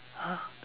!huh!